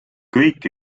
kõik